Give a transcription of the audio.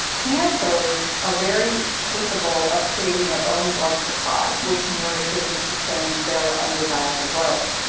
cancers are very capable of creating their own blood supply which nourishes and sustains their undesirable growth.